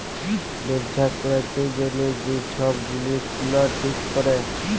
ব্যবছা ক্যইরতে গ্যালে যে ছব জিলিস গুলা ঠিক ক্যরে